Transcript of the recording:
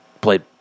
played